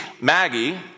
Maggie